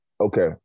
Okay